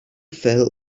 fell